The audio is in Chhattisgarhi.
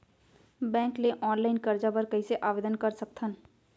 बैंक ले ऑनलाइन करजा बर कइसे आवेदन कर सकथन?